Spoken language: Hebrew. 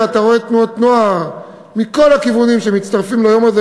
ואתה רואה תנועות נוער מכל הכיוונים שמצטרפות ליום הזה.